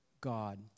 God